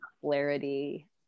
clarity